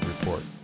Report